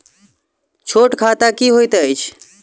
छोट खाता की होइत अछि